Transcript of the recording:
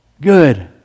good